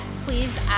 please